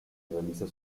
realiza